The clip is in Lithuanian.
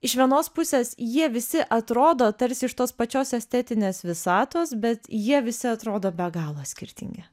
iš vienos pusės jie visi atrodo tarsi iš tos pačios estetinės visatos bet jie visi atrodo be galo skirtingi